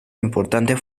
importante